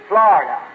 Florida